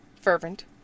fervent